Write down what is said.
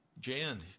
Jan